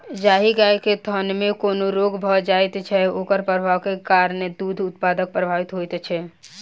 जाहि गाय के थनमे कोनो रोग भ जाइत छै, ओकर प्रभावक कारणेँ दूध उत्पादन प्रभावित होइत छै